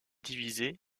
divisée